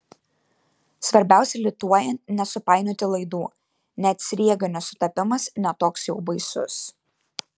svarbiausia lituojant nesupainioti laidų net sriegio nesutapimas ne toks jau baisus